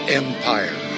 empire